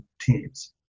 Teams